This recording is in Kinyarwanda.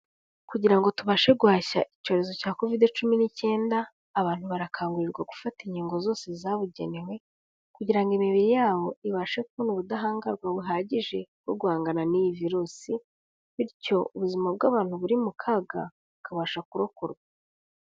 Kugira ngo tubashe guhashya icyorezo cya Covide cumi n'icyenda, abantu barakangurirwa gufata inkingo zose zabugenewe, kugira ngo imibiri yabo ibashe kubona ubudahangarwa buhagije bwo guhangana n'iyi virusi, bityo ubuzima bw'abantu buri mu kaga, bukabasha kurokorwa.